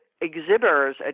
exhibitors